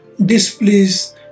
displeased